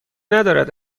ندارد